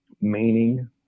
meaning